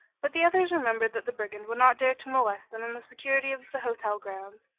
but the others remembered that the brigand would not dare to molest them in the security of the hotel grounds,